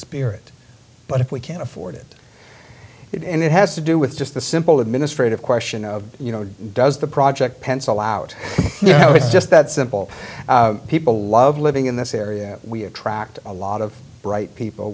spirit but if we can't afford it it has to do with just the simple administrative question of you know does the project pencil out you know it's just that simple people love living in this area we attract a lot of bright people